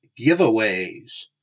giveaways